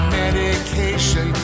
medication